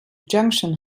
junction